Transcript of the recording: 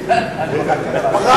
אני רוצה